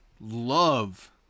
love